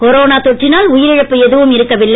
corona தொற்றினால் உயிரிழப்பு எதுவும் இருக்கவில்லை